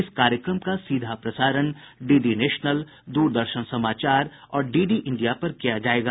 इस कार्यक्रम का सीधा प्रसारण डी डी नेशनल द्रदर्शन समाचार और डी डी इंडिया पर किया जाएगा